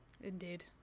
Indeed